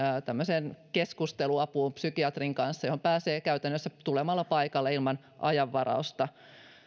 tämmöiseen keskusteluapuun psykiatrin kanssa johon pääsee käytännössä tulemalla paikalle ilman ajanvarausta